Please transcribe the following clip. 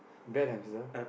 bad hamster